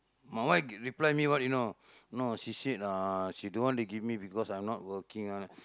my wife reply me what you know no she said uh she don't wanna give me because I not working uh